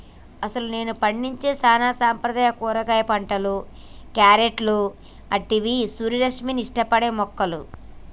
అసలు నేడు పండించే సానా సాంప్రదాయ కూరగాయలు పంటలు, క్యారెట్లు అంటివి సూర్యరశ్మిని ఇష్టపడే మొక్కలు